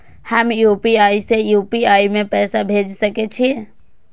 हम यू.पी.आई से यू.पी.आई में पैसा भेज सके छिये?